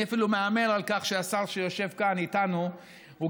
אני אפילו מהמר על כך שהשר שיושב כאן איתנו גם